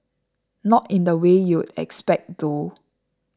not in the way you'd expect though